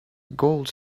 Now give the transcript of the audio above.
gold